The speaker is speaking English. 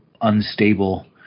unstable